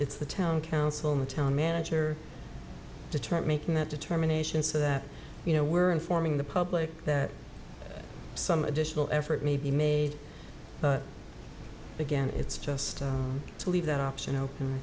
the town council and the town manager determine making that determination so that you know were informing the public that some additional effort may be made but again it's just to leave that option open